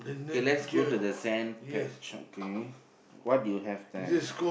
kay let's go to the sand patch okay what do you have there